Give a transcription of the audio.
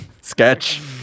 sketch